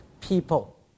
people